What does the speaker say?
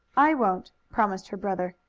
i won't, promised her brother.